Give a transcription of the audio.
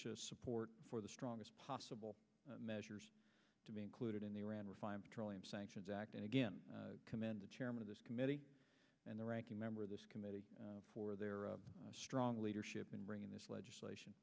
urge support for the strongest possible measures to be included in the iran refined petroleum sanctions act and again commend the chairman of this committee and the ranking member of this committee for their strong leadership in bringing this legislation